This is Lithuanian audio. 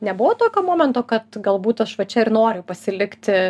nebuvo tokio momento kad galbūt aš va čia ir noriu pasilikti